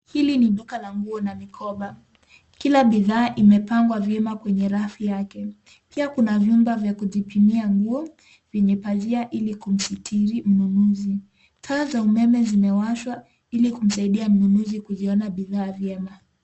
Hili ni duka la nguo na mikoba, kila bidhaa imepangwa vyema kwenye rafu yake pia kuna vyumba vya kujipimia nguo vyenye pazia ili kumstiri mnunuzi. Taa za umeme zimewashwa ili kumsaidia mnunuzi kuziona bidhaa vyema.